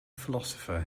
philosopher